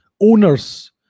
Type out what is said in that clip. owners